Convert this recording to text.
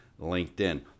LinkedIn